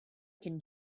can